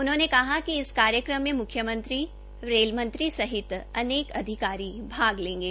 उन्होने कहा की इस कार्यक्रम में मुख्यमंत्री रेल मंत्री सहित अनेक अधिकारी भाग लेंगे